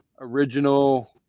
Original